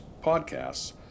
podcasts